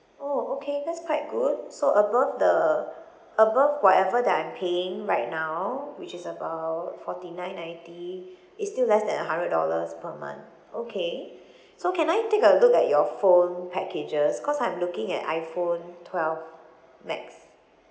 orh okay that's quite good so above the above whatever that I'm paying right now which is about forty nine ninety it's still less than a hundred dollars per month okay so can I take a look at your phone packages cause I'm looking at iPhone twelve max